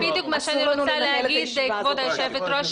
גברתי היושבת ראש,